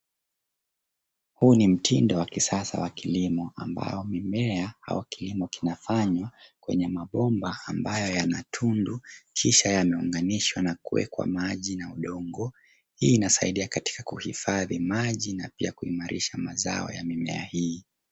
Huu ni mtindo wa kisasa wa kilimo ambao mimea au kilimo, kinafanywa kwenye mabomba ambayo yana tundu, kisha yanaunganishwa na kuwekwa maji na udongo. Hii inasaidia katika kuhifadhi maji na pia kuimarisha mazao ya mimea hii.